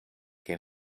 què